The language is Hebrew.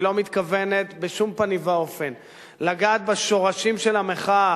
היא לא מתכוונת בשום פנים ואופן לגעת בשורשים של המחאה,